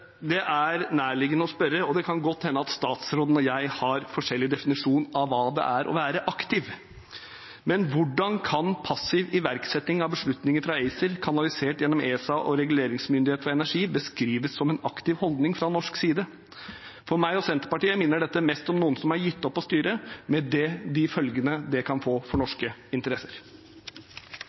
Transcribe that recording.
Det kan godt hende at statsråden og jeg har forskjellig definisjon av hva det er å være aktiv, men det er nærliggende å spørre: Hvordan kan passiv iverksetting av beslutninger fra ACER kanalisert gjennom ESA og reguleringsmyndighet for energi beskrives som «en aktiv holdning fra norsk side»? For meg og Senterpartiet minner dette mest om noen som har gitt opp å styre, med de følgene det kan få for norske interesser.